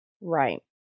Right